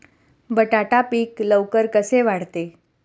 बटाटा पीक लवकर कसे वाढते?